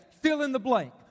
fill-in-the-blank